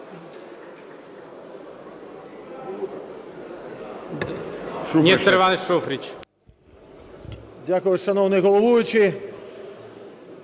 Дякую, шановний головуючий.